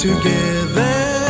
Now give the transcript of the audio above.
Together